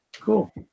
cool